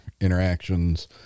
interactions